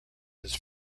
his